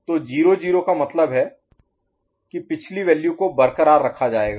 तो 0 0 का मतलब है कि पिछली वैल्यू को बरकरार रखा जाएगा